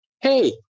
hey